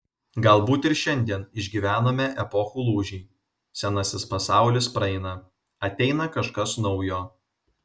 galbūt ir šiandien išgyvename epochų lūžį senasis pasaulis praeina ateina kažkas naujo